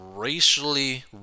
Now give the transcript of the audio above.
racially